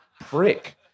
prick